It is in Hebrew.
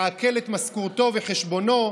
לעקל את משכורתו וחשבונו,